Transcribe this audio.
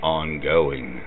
ongoing